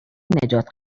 نجات